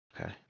Okay